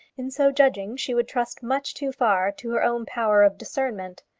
in so judging she would trust much too far to her own power of discernment.